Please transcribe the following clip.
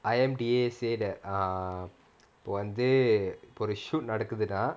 I_M_D_A say that err இப்ப வந்து இப்போ ஒரு:ippa vanthu ippo oru shoot நடக்குதுன்னா:nadakkuthunaa